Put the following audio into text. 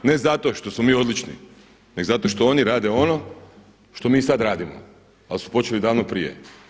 Ne zato što smo mi odlični, nego zato što oni rade oni što mi sada radimo ali su počeli davno prije.